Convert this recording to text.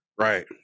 right